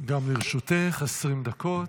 גם לרשותך 20 דקות,